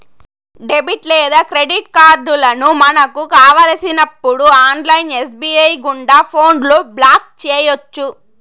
debit లేదా credit కార్డులను మనకు కావలసినప్పుడు ఆన్లైన్ ఎస్.బి.ఐ గుండా ఫోన్లో బ్లాక్ చేయొచ్చు